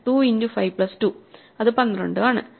2 into 5 plus 2 അത് 12 ആണ്